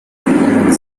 healing